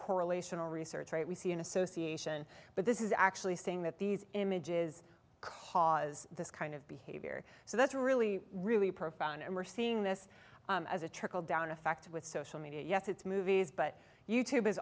correlational research right we see an association but this is actually saying that these images cause this kind of behavior so that's really really profound and we're seeing this as a trickle down effect with social media yes it's movies but you t